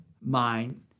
mind